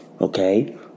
Okay